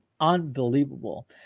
unbelievable